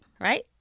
right